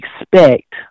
expect